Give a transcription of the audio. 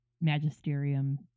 magisterium